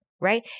Right